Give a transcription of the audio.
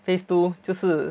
phase two 就是